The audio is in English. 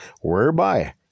whereby